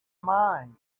mind